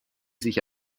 sich